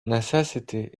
necessity